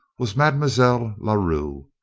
was mademoiselle la rue,